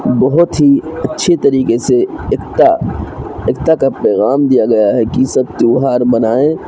بہت ہی اچھی طریقے سے ایکتا ایکتا کا پیغام دیا گیا ہے کہ سب تہوار منائیں